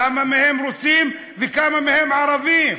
כמה מהם רוסים וכמה מהם ערבים,